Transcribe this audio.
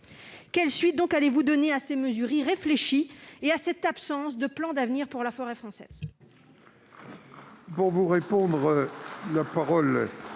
Quelles suites allez-vous donc donner à ces mesures irréfléchies et à cette absence de plan d'avenir pour la forêt française ?